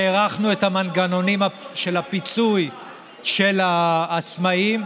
הארכנו את המנגנונים של הפיצוי של עצמאים.